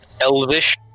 elvish